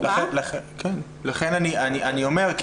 לכן אני אומר,